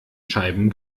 scheiben